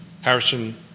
Harrison